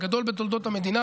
הגדול בתולדות המדינה.